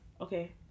Okay